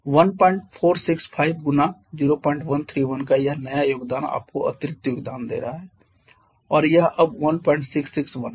1465 गुना 0131 का यह नया योगदान आपको अतिरिक्त योगदान दे रहा है और यह अब 1661 है